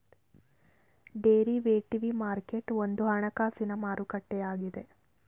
derivative market ಒಂದು ಹಣಕಾಸಿನ ಮಾರುಕಟ್ಟೆಯಾಗಿದೆ